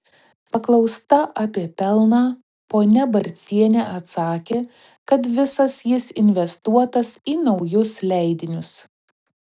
paklausta apie pelną ponia barcienė atsakė kad visas jis investuotas į naujus leidinius